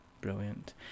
Brilliant